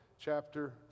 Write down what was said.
chapter